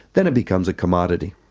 then it becomes a commodity.